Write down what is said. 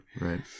Right